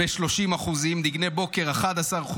ב-30%, דגני בוקר, ב-11%,